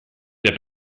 der